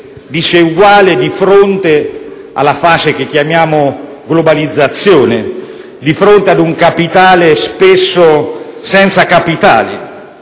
diseguale di fronte alla fase che chiamiamo globalizzazione, di fronte ad un capitale spesso senza capitali.